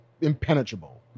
impenetrable